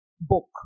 book